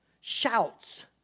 shouts